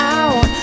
out